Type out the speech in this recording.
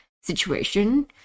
situation